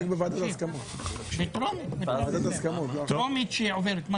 טרומית שעוברת.